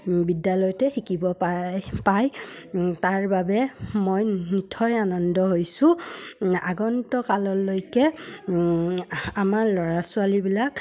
বিদ্যালয়তে শিকিব পাই পায় তাৰ বাবে মই নিঠয় আনন্দ হৈছোঁ আগন্তকাললৈকে আমাৰ ল'ৰা ছোৱালীবিলাক